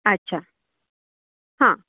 अच्छा हां